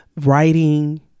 writing